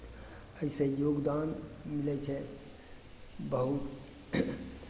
एहिसँ योगदान मिलै छै बहुत